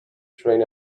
train